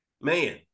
man